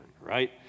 right